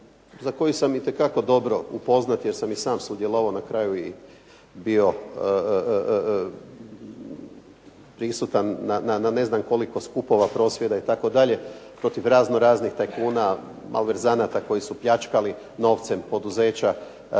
za koji sam itekako dobro upoznat jer sam i sam sudjelovao na kraju i bio prisutan na ne znam koliko skupova, prosvjeda protiv razno raznih tajkuna, malverzanata koji su pljačkali novcem poduzeća